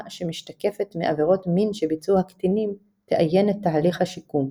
שמשתקפת מעבירות מין שביצעו קטינים תאיין את שיקול השיקום".